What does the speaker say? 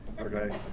Okay